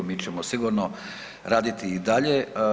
Mi ćemo sigurno raditi i dalje.